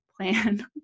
plan